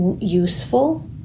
useful